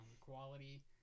quality